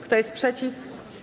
Kto jest przeciw?